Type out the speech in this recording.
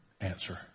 answer